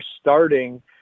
starting